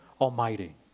Almighty